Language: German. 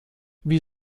wie